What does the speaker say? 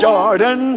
Jordan